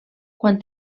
quan